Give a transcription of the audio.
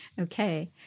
Okay